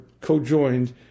co-joined